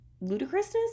ludicrousness